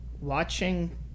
watching